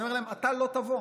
ואני אומר להם: אתה לא תבוא.